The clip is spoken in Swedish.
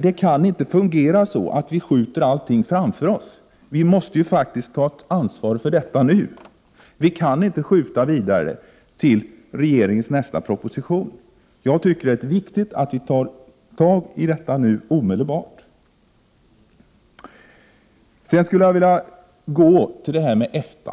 Det kan inte fungera så, Håkan Strömberg, att vi skjuter allt framför oss. Vi måste ju ta ett ansvar nu. Vi kan inte skjuta upp detta till regeringens nästa proposition. Jag tycker att det är viktigt att vi tar tag i detta omedelbart. Sedan skulle jag vilja övergå till frågan om GATT.